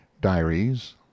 diaries